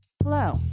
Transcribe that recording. Hello